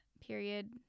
period